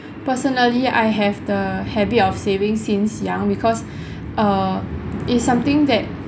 personally I have the habit of saving since young because err it's something that